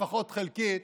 לפחות חלקית,